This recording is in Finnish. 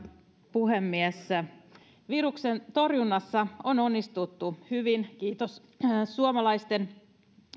puhemies viruksen torjunnassa on onnistuttu hyvin kiitos suomalaisten